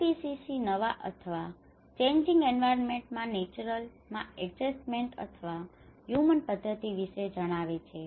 IPCC નવા અથવા changing environment માં નેચરલ માં એડજસ્ટમેન્ટ અથવા હ્યુમન પદ્ધતિ વિશે જણાવે છે